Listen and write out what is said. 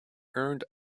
earned